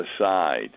aside